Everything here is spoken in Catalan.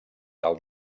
del